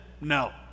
no